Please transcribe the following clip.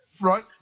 Right